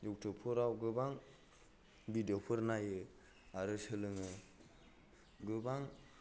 युतुबफोराव गोबां भिदिय'फोर नायो आरो सोलोङो गोबां